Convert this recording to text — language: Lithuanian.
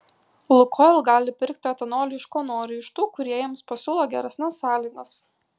lukoil gali pirkti etanolį iš ko nori iš tų kurie jiems pasiūlo geresnes sąlygas